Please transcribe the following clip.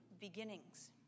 beginnings